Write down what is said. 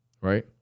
Right